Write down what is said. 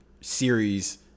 series